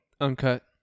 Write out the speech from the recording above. Uncut